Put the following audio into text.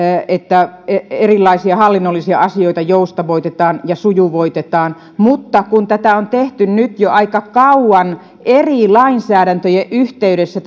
että erilaisia hallinnollisia asioita joustavoitetaan ja sujuvoitetaan mutta kun erilaista norminpurkua on tehty nyt jo aika kauan eri lainsäädäntöjen yhteydessä